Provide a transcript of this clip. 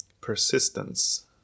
persistence